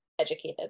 educated